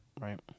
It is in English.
right